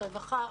הרווחה,